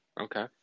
Okay